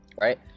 right